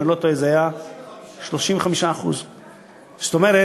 אם אני לא טועה, 35%. זאת אומרת,